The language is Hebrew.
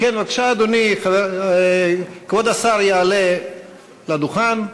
כבוד השר יעלה לדוכן,